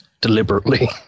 deliberately